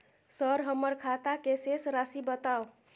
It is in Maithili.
सर हमर खाता के शेस राशि बताउ?